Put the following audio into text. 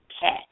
cat